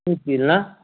मिळतील ना